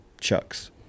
chucks